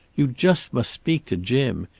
you just must speak to jim.